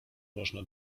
można